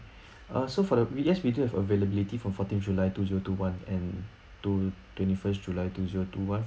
uh so for the village we do have availability from fourteen july two zero two one and to twenty first july two zero two one